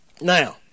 Now